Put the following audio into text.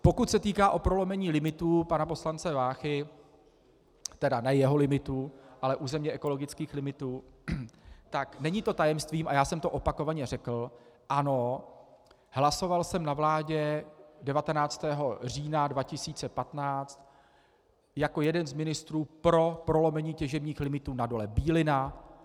Pokud se týká prolomení limitů pana poslance Váchy, ne jeho limitů, ale územně ekologických limitů, není to tajemstvím a opakovaně jsem to řekl: ano, hlasoval jsem na vládě 19. října 2015 jako jeden z ministrů pro prolomení těžebních limitů na Dole Bílina.